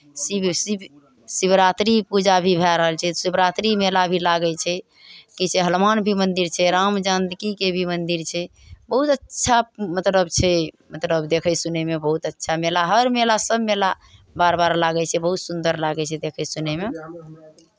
शिव शिव शिवरात्रिके पूजा भी भए रहल छै शिवरात्रि मेला भी लागै छै की छै हनुमान भी मन्दिर छै राम जानकीके भी मन्दिर छै बहुत अच्छा मतलब छै मतलब देखय सुनयमे बहुत अच्छा मेला हर मेला सभ मेला बार बार लागै छै बहुत सुन्दर लागै छै देखय सुनयमे